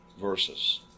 verses